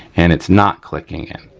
and it's not clicking in,